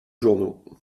journaux